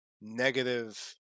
negative